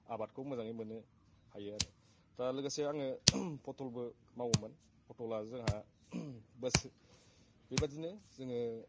आबादखौ मोजाङै मोननो हायो आरो दा लोगोसे आङो फथलबो मावोमोन फथला जोंहा दासो बेबादिनो जोङो